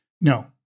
No